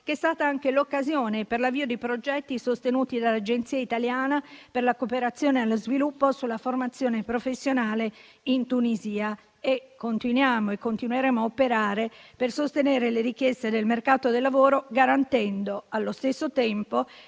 che è stato anche l'occasione per l'avvio di progetti sostenuti dall'Agenzia italiana per la cooperazione allo sviluppo sulla formazione professionale in Tunisia. Continuiamo e continueremo a operare per sostenere le richieste del mercato del lavoro, garantendo, allo stesso tempo,